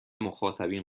مخاطبین